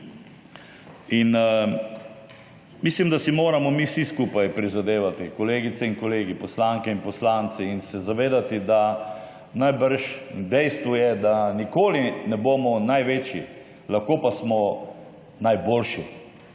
Mislim, da si moramo mi vsi skupaj prizadevati, kolegice in kolegi, poslanke in poslanci, in se zavedati, da je najbrž dejstvo, da nikoli ne bomo največji, lahko pa smo najboljši.